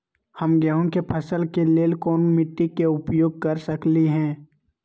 हम गेंहू के फसल के लेल कोन मिट्टी के उपयोग कर सकली ह?